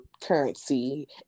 currency